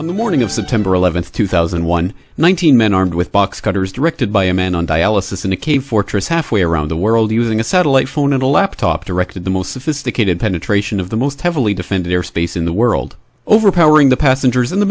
on the morning of september eleventh two thousand and one one thousand men armed with box cutters directed by a man on dialysis in a cave fortress halfway around the world using a satellite phone and a laptop directed the most sophisticated penetration of the most heavily defended airspace in the world over powering the passengers in the